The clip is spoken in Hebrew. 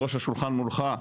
שיושבת בראש השולחן מולך,